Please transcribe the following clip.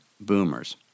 boomers